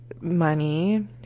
money